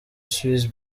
swizz